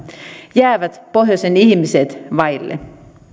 jäävät pohjoisen ihmiset vaille